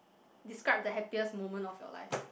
describe the happiest moment of your life